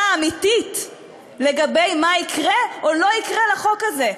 האמיתית לגבי מה שיקרה או לא יקרה לחוק הזה,